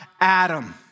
Adam